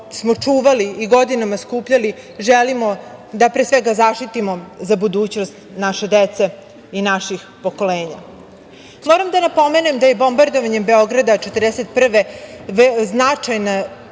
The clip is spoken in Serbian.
smo čuvali i godinama skupljali, želimo da pre svega zaštitimo za budućnost naše dece i naših pokolenja. Moram da napomenem da je bombardovanjem Beograda 1941. godine,